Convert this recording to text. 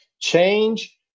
change